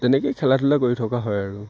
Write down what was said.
তেনেকেই খেলা ধূলা কৰি থকা হয় আৰু